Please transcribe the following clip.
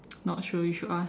not sure you should ask